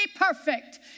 perfect